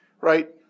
right